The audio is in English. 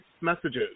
messages